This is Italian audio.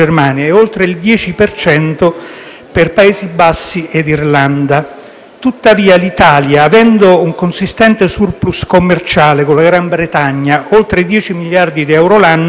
di Paesi Bassi e Irlanda. Tuttavia l'Italia, avendo un consistente *surplus* commerciale con il Regno Unito - oltre 10 miliardi di euro l'anno - in costante aumento,